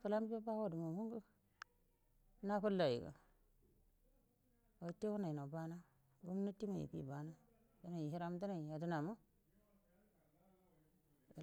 Fulambe bagodu ma mangu nafullaiga wute wunainau bana gumnatima if bana dinai hijirama dinai yadunama